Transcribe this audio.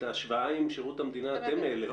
את ההשוואה עם שירות המדינה אתם העליתם.